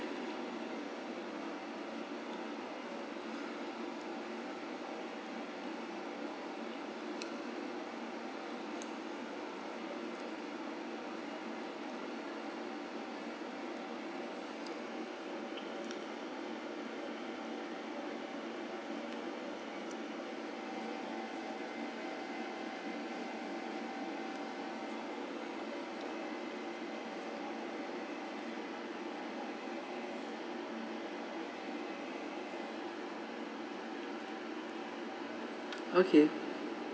okay